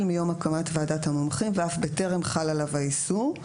מיום הקמת ועדת המומחים ואף בטרם חל עליו האיסור,